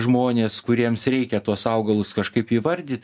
žmonės kuriems reikia tuos augalus kažkaip įvardyt